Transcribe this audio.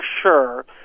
sure